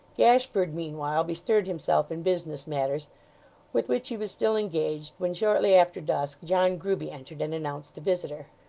gashford, meanwhile, bestirred himself in business matters with which he was still engaged when, shortly after dusk, john grueby entered and announced a visitor.